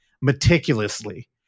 meticulously